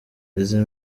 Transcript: izi